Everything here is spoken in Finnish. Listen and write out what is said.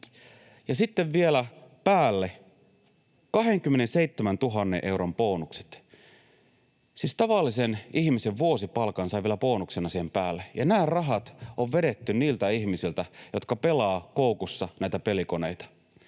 sitten vielä päälle 27 000 euron bonukset! Siis tavallisen ihmisen vuosipalkan sai vielä bonuksena siihen päälle, ja nämä rahat on vedetty niiltä ihmisiltä, jotka pelaavat koukussa näitä pelikoneita.